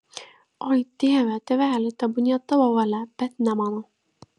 oi tėve tėveli tebūnie tavo valia bet ne mano